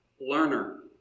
learner